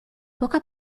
poca